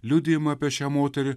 liudijimą apie šią moterį